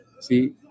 see